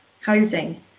housing